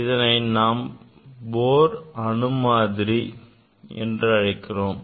இதனை நாம் Bohr அணுமாதிரி என்று அழைக்கிறோம்